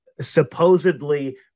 supposedly